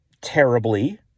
terribly